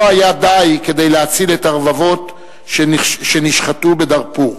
לא היה בו די כדי להציל את הרבבות שנשחטו בדארפור,